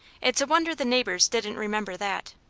it's a wonder the neighbours didn't remember that.